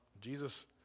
Jesus